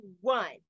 one